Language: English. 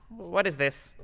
what is this?